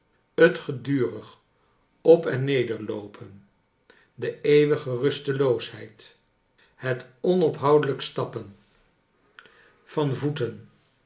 het gedurig op en neder loopen de eeuwige rusteloosheid het onophoudelijk stappen van m nelly voeten